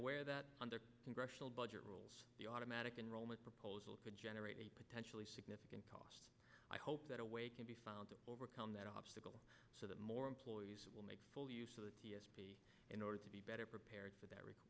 aware that under congressional budget rules the automatic enrollment proposal could generate a potentially significant cost i hope that a way can be found to overcome that obstacle so that more employees will make full use of the t s p in order to be better prepared for that